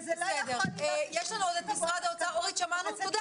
של משרד האוצר שנמצא כאן.